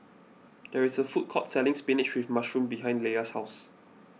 there is a food court selling Spinach with Mushroom behind Leia's house